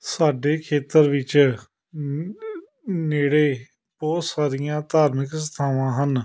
ਸਾਡੇ ਖੇਤਰ ਵਿੱਚ ਨ ਨੇੜੇ ਬਹੁਤ ਸਾਰੀਆਂ ਧਾਰਮਿਕ ਸੰਸਥਾਵਾਂ ਹਨ